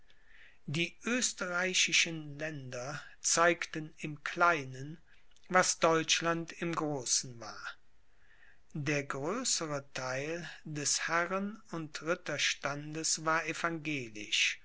die österreichischen länder zeigten im kleinen was deutschland im großen war der größere theil des herren und ritterstandes war